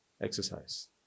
exercise